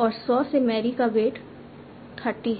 और सॉ से मैरी का वेट 30 है